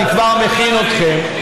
אני כבר מכין אתכם,